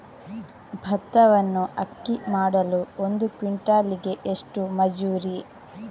ಭತ್ತವನ್ನು ಅಕ್ಕಿ ಮಾಡಲು ಒಂದು ಕ್ವಿಂಟಾಲಿಗೆ ಎಷ್ಟು ಮಜೂರಿ?